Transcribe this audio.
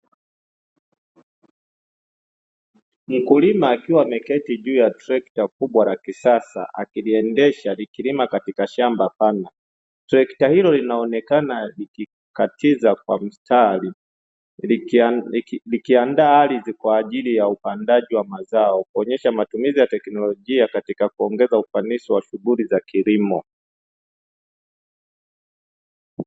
Mkulima akiwa ameketi juu ya trekta kubwa la kisasa akiliendesha likilima katika shamba pana. Trekta hilo linaonekana likikatiza kwa mistari likiandaa ardhi kwa ajili ya upandaji wa mazao, likionyesha matumizi ya teknolojia katika kuongeza ufanisi wa shughuli za kilimo.